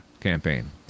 campaign